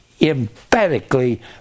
emphatically